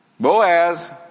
Boaz